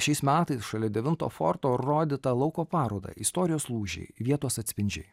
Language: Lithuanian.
šiais metais šalia devinto forto rodytą lauko parodą istorijos lūžiai vietos atspindžiai